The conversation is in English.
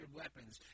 weapons